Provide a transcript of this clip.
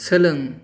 सोलों